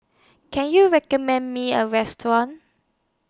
Can YOU recommend Me A Restaurant